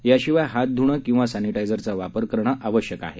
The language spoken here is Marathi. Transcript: याशिवाय हात ध्णे किंवा सॅनिटायझरचा वापर करणे आवश्यक आहे